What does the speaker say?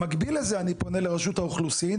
במקביל לזה אני פונה לרשות האוכלוסין